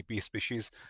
species